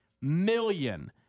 million